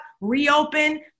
reopen